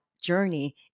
journey